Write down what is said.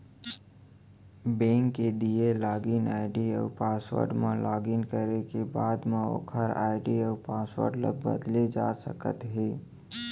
bank के दिए login ID अउ पासवर्ड म लॉगिन करे के बाद म ओकर आईडी अउ पासवर्ड ल बदले जा सकते हे